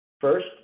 First